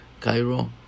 Cairo